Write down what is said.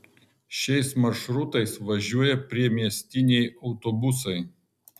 šiais maršrutais važiuoja priemiestiniai autobusai